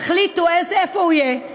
תחליטו איפה הוא יהיה,